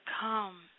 come